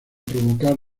provocar